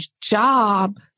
job